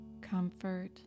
comfort